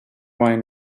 wine